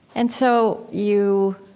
and so you,